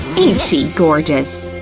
ain't she gorgeous?